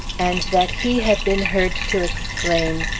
and that he had been heard to exclaim,